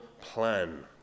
plan